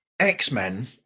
X-Men